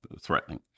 threatening